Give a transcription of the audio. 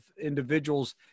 individuals